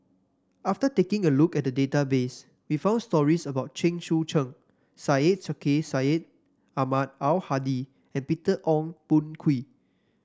after taking a look at the database we found stories about Chen Sucheng Syed Sheikh Syed Ahmad Al Hadi and Peter Ong Boon Kwee